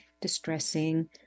distressing